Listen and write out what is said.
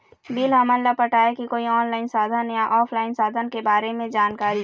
Bill हमन ला पटाए के कोई ऑनलाइन साधन या ऑफलाइन साधन के बारे मे जानकारी?